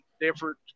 different